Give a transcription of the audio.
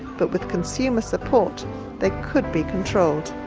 but with consumer support they could be controlled.